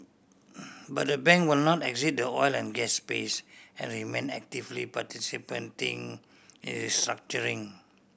but the bank will not exit the oil and gas space and remain actively participating in restructuring